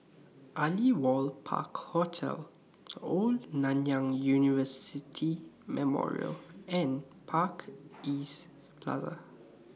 Aliwal Park Hotel Old Nanyang University Memorial and Park East Plaza